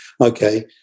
Okay